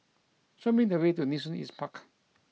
show me the way to Nee Soon East Park